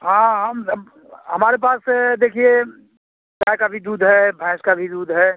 हाँ अब हमारे पास है देखिए गाय का भी दूध है भैंस का भी दूध है